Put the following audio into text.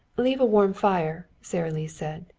leave a warm fire, sara lee said.